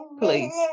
please